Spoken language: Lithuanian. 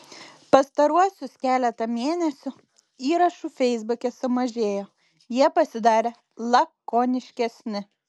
pastaruosius keletą mėnesių įrašų feisbuke sumažėjo jie pasidarė lakoniškesni